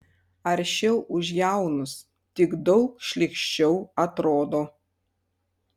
aršiau už jaunus tik daug šlykščiau atrodo